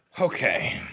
Okay